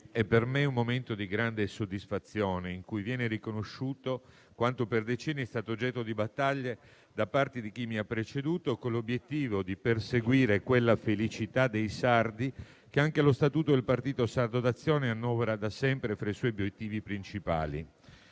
è per me un momento di grande soddisfazione, in cui viene riconosciuto quanto per decenni è stato oggetto di battaglie da parte di chi mi ha preceduto, con l'obiettivo di perseguire quella felicità dei sardi che anche lo statuto del Partito Sardo d'Azione annovera da sempre tra i suoi obiettivi principali.